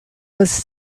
was